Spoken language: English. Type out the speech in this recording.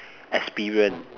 experience